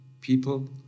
people